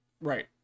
Right